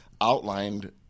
outlined